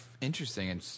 interesting